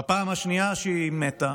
בפעם השנייה שהיא מתה